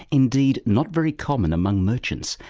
indeed, not very common among merchants,